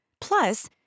Plus